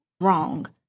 wrong